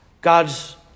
God's